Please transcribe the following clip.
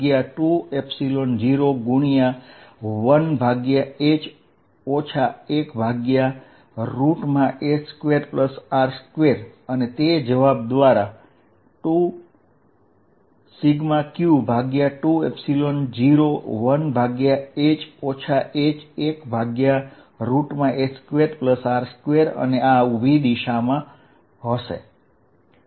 જે મને 2πσqh4π0 1yhh2R2આપે છે અને જવાબ σqh201h 1h2R2 મળે છે અને આ વર્ટીકલ દિશામાં હશે